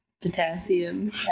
potassium